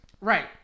Right